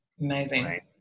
Amazing